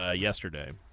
ah yesterday